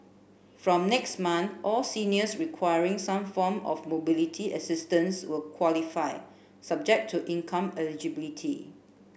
from next month all seniors requiring some form of mobility assistance will qualify subject to income eligibility